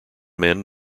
men